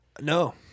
No